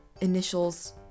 initials